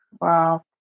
Wow